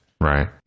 Right